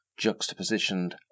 juxtapositioned